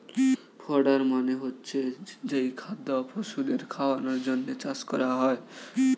fodder মানে হচ্ছে যেই খাদ্য পশুদের খাওয়ানোর জন্যে চাষ করা হয়